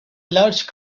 large